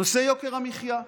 נושא יוקר המחיה.